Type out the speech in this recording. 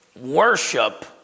worship